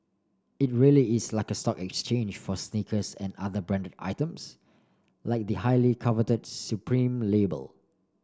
it really is like stock exchange for sneakers and other branded items like the highly coveted supreme label